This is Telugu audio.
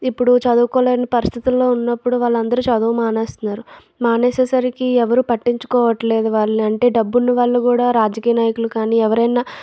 ఇప్పుడు చదువుకోలేని పరిస్థితులో ఉన్నప్పుడు వాళ్ళందరూ చదువు మానేస్తున్నారు మానేసేసరికి ఎవరూ పట్టించుకోవట్లేదు వాళ్ళని అంటే డబ్బున్నోళ్ళు కూడా రాజకీయ నాయకులు కానీ ఎవరైనా